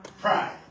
pride